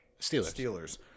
Steelers